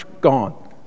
gone